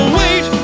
wait